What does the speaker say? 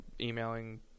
emailing